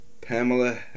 Pamela